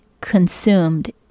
consumed